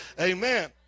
amen